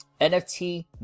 NFT